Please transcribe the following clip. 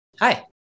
Hi